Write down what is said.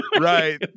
Right